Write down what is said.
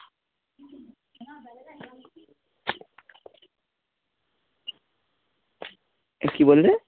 কী বললে